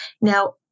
Now